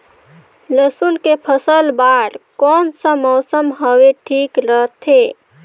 लसुन के फसल बार कोन सा मौसम हवे ठीक रथे?